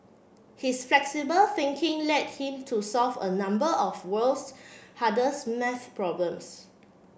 his flexible thinking led him to solve a number of world's hardest maths problems